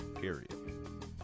period